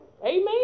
Amen